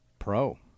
pro